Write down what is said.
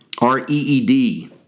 R-E-E-D